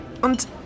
Und